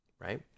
right